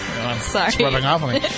Sorry